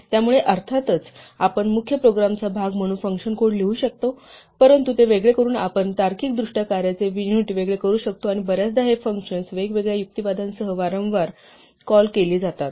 त्यामुळे अर्थातच आपण मुख्य प्रोग्रामचा भाग म्हणून फंक्शन कोड लिहू शकतो परंतु ते वेगळे करून आपण तार्किकदृष्ट्या कार्याचे युनिट वेगळे करू शकतो आणि बर्याचदा ही फंक्शन्स वेगवेगळ्या युक्तिवादांसह वारंवार कॉल केली जातात